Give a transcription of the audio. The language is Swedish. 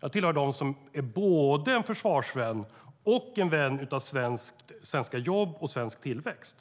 Jag tillhör dem som är både en försvarsvän och en vän av svenska jobb och svensk tillväxt.